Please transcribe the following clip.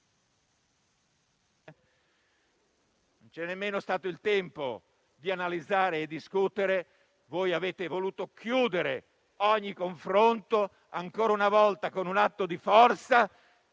con il tempo necessario per poter analizzare e discutere. Voi avete voluto chiudere ogni confronto, ancora una volta con un atto di forza,